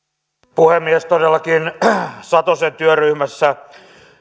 puhemies todellakin satosen työryhmässä